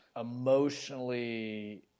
emotionally